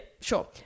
Sure